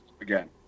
again